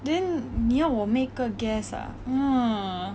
then 你要我 make 个 guess ah uh